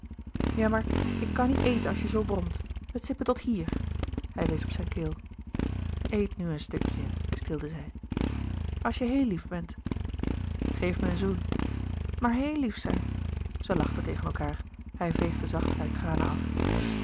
ja maar ik kan niet eten als je zoo bromt het zit me tot hier hij wees op zijn keel eet nu een stukje streelde zij als je heel lief bent geef me een zoen maar heel lief zijn zij lachten tegen elkaâr hij veegde zacht hare tranen af